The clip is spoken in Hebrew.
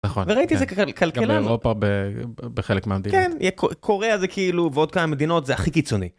נכון, וראיתי את זה ככלכלן. גם אירופה בחלק מהמדינות... כן..... קוריאה זה כאילו ועוד כמה מדינות זה הכי קיצוני.